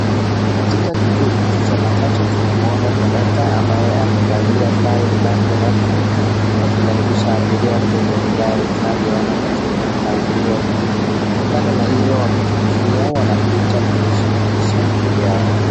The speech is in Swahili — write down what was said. Katika kituo hiki cha matatu tunamwona kondakta ambaye amevalia sare zake rasmi akikaribisha abiria kwenye gari tunavyoona katika mpangilio. Kando na hiyo, wapita njia wanapita kujishughulisha kivi yao.